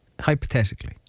hypothetically